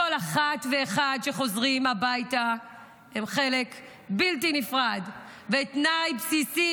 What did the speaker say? כל אחת ואחד שחוזרים הביתה הם חלק בלתי נפרד ותנאי בסיסי